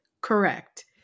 Correct